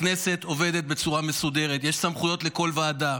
הכנסת עובדת בצורה מסודרת, יש סמכויות לכל ועדה.